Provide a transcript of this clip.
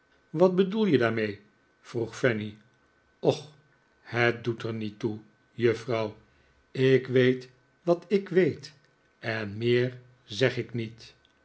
wat bedoel je daarmee vroeg fanny och het doet er niet toe juffrouw ik weet wat ik weet en meer zeg ik niet